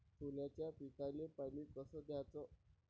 सोल्याच्या पिकाले पानी कस द्याचं?